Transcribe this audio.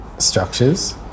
structures